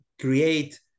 create